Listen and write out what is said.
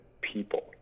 people